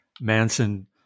Manson